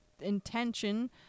intention